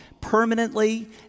permanently